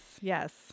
yes